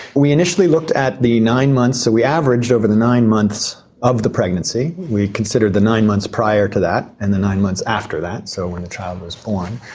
we initially looked at the nine months. so we averaged over the nine months of the pregnancy, we considered the nine months prior to that, and the nine months after that, so when the child was born.